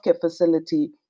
facility